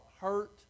hurt